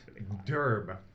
derb